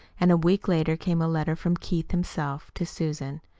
and a week later came a letter from keith himself to susan.